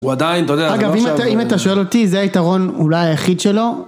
- הוא עדיין אתה יודע... - אגב אם אתה שואל אותי, זה היתרון, אולי היחיד שלו.